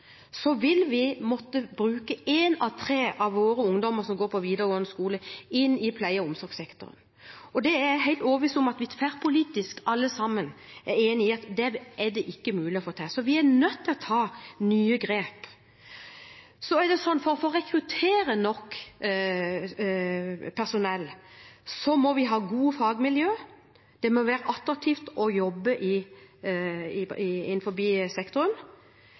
vil vi måtte bruke én av tre av ungdommene våre som går på videregående skole, i pleie- og omsorgssektoren. Jeg er helt overbevist om at vi – tverrpolitisk – er enige om at det ikke er mulig å få til, så vi er nødt til å ta nye grep. For å rekruttere nok personell må vi ha gode fagmiljø, det må være attraktivt å jobbe i